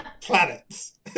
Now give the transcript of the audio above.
planets